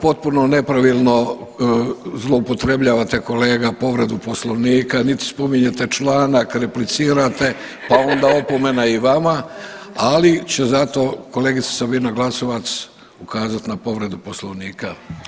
Potpuno nepravilno zloupotrebljavate kolega povredu Poslovnika, nit spominjete članak, replicirate pa onda opomena i vama, ali će zato kolegica Sabina Glasovac ukazat na povredu poslovnika.